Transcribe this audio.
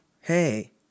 Hey